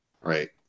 Right